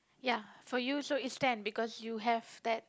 ya for you so it's ten because you have that